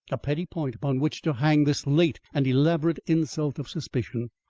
a petty point upon which to hang this late and elaborate insult of suspicion!